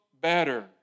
better